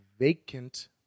Vacant